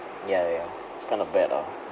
ya ya it's kind of bad lah